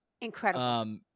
incredible